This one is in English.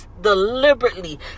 deliberately